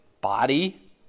body